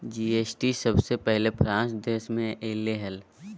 GST सबसे पहले France देश मे अइले हल